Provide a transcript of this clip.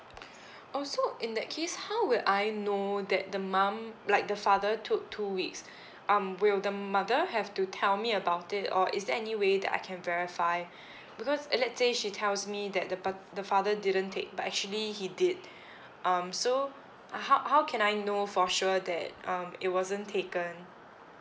oh so in that case how will I know that the mum like the father took two weeks um will the mother have to tell me about it or is there any way that I can verify because if let's say she tells me that the part~ the father didn't take but actually he did um so how how can I know for sure that um it wasn't taken